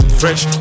fresh